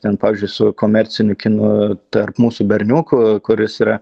ten pavyzdžiui su komerciniu kinu tarp mūsų berniukų kuris yra